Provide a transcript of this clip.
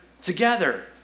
together